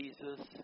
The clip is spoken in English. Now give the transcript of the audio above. Jesus